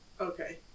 Okay